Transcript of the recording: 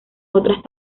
otras